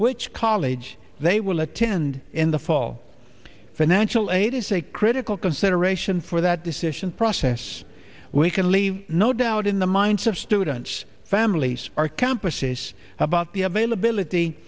which college they will attend in the fall financial aid is a critical consideration for that decision process we can leave no doubt in the minds of students families our campuses about the availability